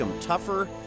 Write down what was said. tougher